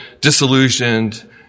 disillusioned